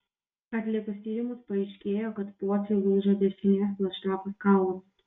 atlikus tyrimus paaiškėjo kad pociui lūžo dešinės plaštakos kaulas